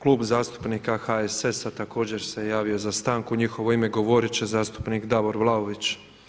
Klub zastupnika HSS-a također se javio za stanu i u njihovo ime govorit će zastupnik Davor Vlaović.